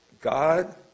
God